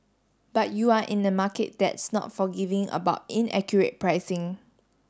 but you're in a market that's not forgiving about inaccurate pricing